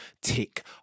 tick